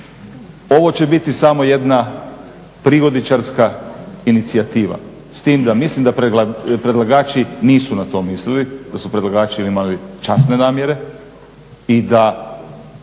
ovo će biti samo jedna prigodičarska inicijativa s tim da mislim da predlagači nisu na to mislili, da su predlagači imali časne namjere i da